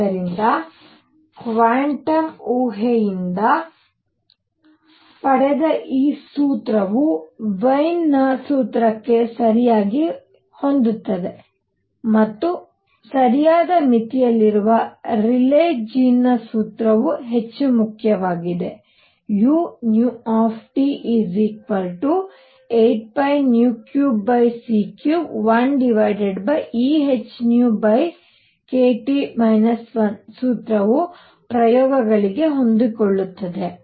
ಆದ್ದರಿಂದ ಕ್ವಾಂಟಮ್ ಊಹೆಯಿಂದ ಪಡೆದ ಈ ಸೂತ್ರವು ವೈನ್ನ ಸೂತ್ರಕ್ಕೆ ಸರಿಯಾಗಿ ಹೋಗುತ್ತದೆ ಮತ್ತು ಸರಿಯಾದ ಮಿತಿಯಲ್ಲಿರುವ ರೇಲೀ ಜೀನ್ನ ಸೂತ್ರವು ಹೆಚ್ಚು ಮುಖ್ಯವಾಗಿದೆ u 8πh3c31 ehνkT 1 ಸೂತ್ರವು ಪ್ರಯೋಗಗಳಿಗೆ ಹೊಂದಿಕೊಳ್ಳುತ್ತದೆ